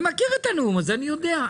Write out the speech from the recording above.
אני מכיר את הנאום הזה, אני יודע.